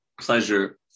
pleasure